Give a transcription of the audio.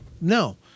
No